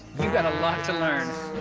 you've got a lot to learn.